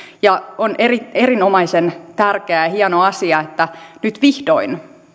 on erinomaisen tärkeä ja hieno asia että nyt vihdoin